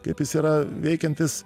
kaip jis yra veikiantis